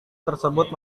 tersebut